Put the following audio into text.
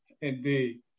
Indeed